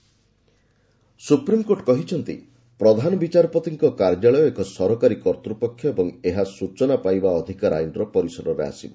court CJI RTI supreme court କହିଛନ୍ତି ପ୍ରଧାନ ବିଚାରପତିଙ୍କ କାର୍ଯ୍ୟାଳୟ ଏକ ସରକାରୀ କର୍ତ୍ତ୍ୱପକ୍ଷ ଓ ଏହା ସ୍ଚଚନା ପାଇବା ଅଧିକାର ଆଇନର ପରିସରରେ ଆସିବ